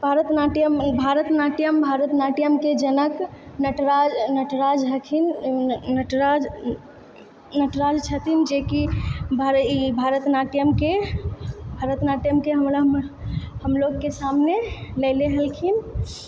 भरतनाट्यम भरतनाट्यम भरतनाट्यमके जनक नटराज नटराज हखिन नटराज नटराज छथिन जेकि भरतनाट्यमके भरतनाट्यमके हमलोगके सामने लए ले हलखिन